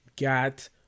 got